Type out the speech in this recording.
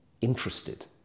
interested